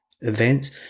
events